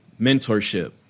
mentorship